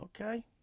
Okay